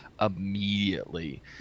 immediately